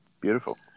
Beautiful